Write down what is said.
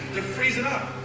freezing up.